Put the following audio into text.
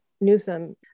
Newsom